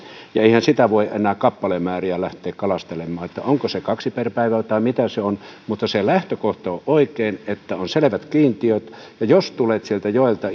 eihän sitä voi enää kappalemääriä lähteä kalastelemaan että onko se kaksi per päivä tai mitä se on mutta kun se lähtökohta on oikein että on selvät kiintiöt ja jos tulet sieltä joelta